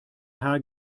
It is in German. herr